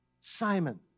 simon